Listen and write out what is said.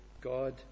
God